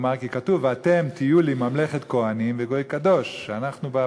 2 לחוק נציבות שוויון זכויות לאנשים עם מוגבלות אושר ב-2005.